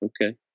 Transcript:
Okay